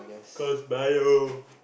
cause bio